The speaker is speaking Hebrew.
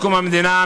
מקום המדינה,